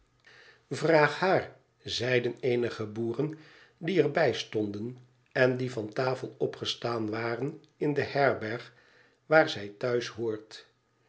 vraag haar zeiden eenige boeren die er bij stonden en die van tafel opgestaan waren in de herberg waar zij